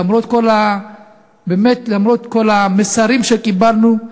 למרות כל המסרים שקיבלנו,